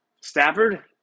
Stafford